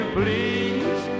please